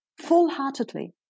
full-heartedly